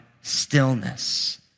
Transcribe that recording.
stillness